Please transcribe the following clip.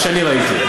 מה שאני ראיתי,